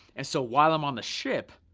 and so while i'm on the ship,